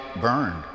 burned